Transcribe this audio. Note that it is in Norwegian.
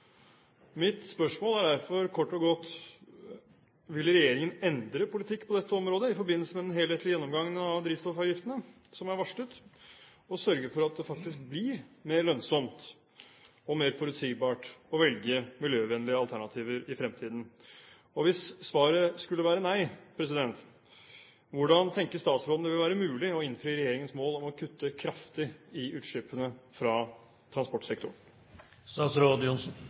Mitt spørsmål er derfor kort og godt: Vil regjeringen endre politikk på dette området i forbindelse med den helhetlige gjennomgangen av drivstoffavgiftene som er varslet og sørge for at det faktisk blir mer lønnsomt og mer forutsigbart å velge miljøvennlige alternativer i fremtiden? Og hvis svaret skulle være nei, hvordan tenker statsråden det vil være mulig å innfri regjeringens mål om å kutte kraftig i utslippene fra